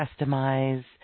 customize